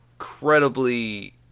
incredibly